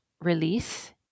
release